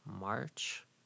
March